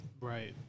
Right